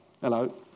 Hello